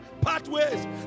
pathways